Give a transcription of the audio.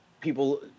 people